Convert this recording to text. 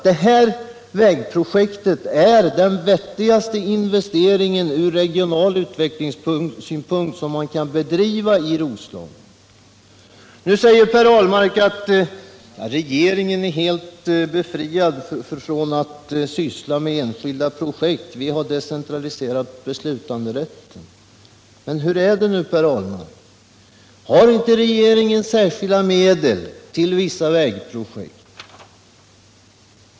Det här vägprojektet är den vettigaste investering ur regional utvecklingssynpunkt som man kan göra i Roslagen! Nu säger Per Ahlmark att regeringen är helt befriad från att syssla med enskilda projekt på grund av att den decentraliserat beslutanderätten. Men hur är det nu, Per Ahlmark? Har inte regeringen särskilda medel till vissa vägprojekt?